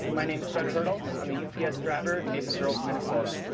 my name is ben hurdle. i'm a u p s. driver in maple grove, minnesota.